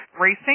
Racing